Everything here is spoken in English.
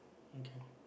okay